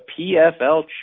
PFL